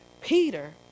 Peter